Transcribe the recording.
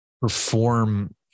perform